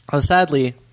Sadly